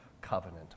covenant